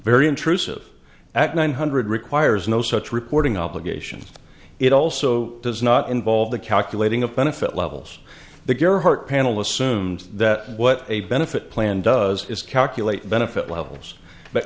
very intrusive act nine hundred requires no such reporting obligations it also does not involve the calculating of benefit levels the gearhart panel assumes that what abe benefit plan does is calculate benefit levels but